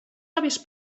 avis